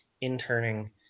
interning